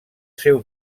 seu